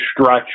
stretch